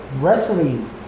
Wrestling